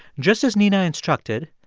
just as nina instructed,